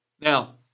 Now